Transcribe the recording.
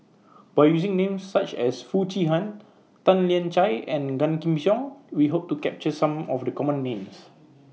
By using Names such as Foo Chee Han Tan Lian Chye and Gan Kim Yong We Hope to capture Some of The Common Names